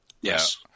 Yes